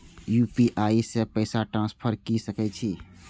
UPI से पैसा transfer की सके छी?